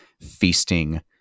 feasting